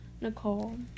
Nicole